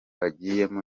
agiyemo